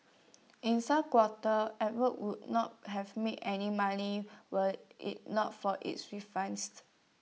in some quarters would not have made any money were IT not for its